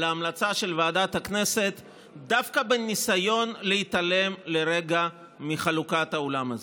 ההמלצה של ועדת הכנסת דווקא בניסיון להתעלם לרגע מחלוקת האולם הזה,